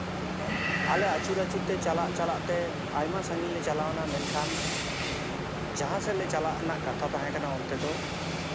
ᱟᱞᱮ ᱟᱹᱪᱩᱨ ᱟᱹᱪᱩᱨ ᱛᱮ ᱡᱟᱦᱟᱸ ᱪᱟᱞᱟᱜ ᱪᱟᱞᱟᱜ ᱛᱮ ᱟᱭᱢᱟ ᱥᱟᱺᱜᱤᱧ ᱞᱮ ᱪᱟᱞᱟᱣᱱᱟ ᱢᱮᱱᱠᱷᱟᱱ ᱡᱟᱦᱟᱸ ᱥᱮᱫ ᱞᱮ ᱪᱟᱞᱟᱜ ᱨᱮᱱᱟᱜ ᱠᱟᱛᱷᱟ ᱛᱟᱦᱮᱸ ᱠᱟᱱᱟ ᱚᱱᱛᱮ ᱫᱚ